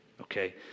okay